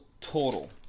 total